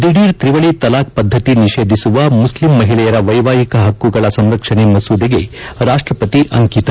ದಿಧೀರ್ ತ್ರಿವಳಿ ತಲಾಖ್ ಪದ್ದತಿ ನಿಷೇಧಿಸುವ ಮುಸ್ಲಿಂ ಮಹಿಳೆಯರ ವೈವಾಹಿಕ ಹಕ್ಕುಗಳ ಸಂರಕ್ಷಣೆ ಮಸೂದೆಗೆ ರಾಷ್ಟ್ವಪತಿ ಅಂಕಿತ